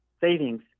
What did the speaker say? savings